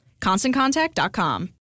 ConstantContact.com